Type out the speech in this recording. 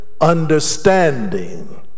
understanding